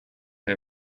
day